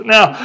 Now